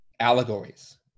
allegories